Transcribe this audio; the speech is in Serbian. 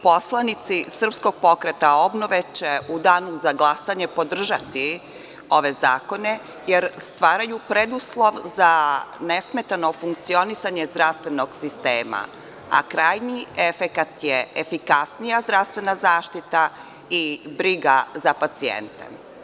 Poslanici SPO će u danu za glasanje podržati ove zakone jer stvaraju preduslov za nesmetano funkcionisanje zdravstvenog sistema, a krajnji efekat je efikasnija zdravstvena zaštita i briga za pacijenta.